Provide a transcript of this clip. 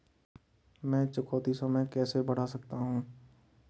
मैं चुकौती समय कैसे बढ़ा सकता हूं?